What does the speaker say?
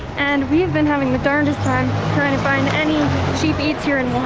and we've been having the darndest time trying to find any cheap eats here in